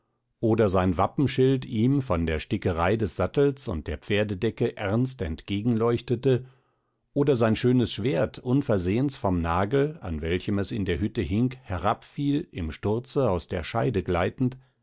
oder sein wappenschild ihm von der stickerei des sattels und der pferdedecke ernst entgegenleuchtete oder sein schönes schwert unversehens vom nagel an welchem es in der hütte hing herabfiel im sturze aus der scheide gleitend